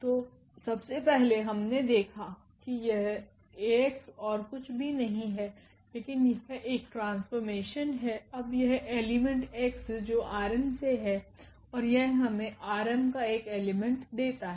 तो सबसे पहले हमने देखा कि यह𝐴𝑥ओर कुछ भी नहीं है लेकिन यह एक ट्रांसफॉर्मेशन है अब यह एलिमेंट 𝑥जो ℝ𝑛से है और यह हमें ℝ𝑚 का एक एलिमेंट y देता है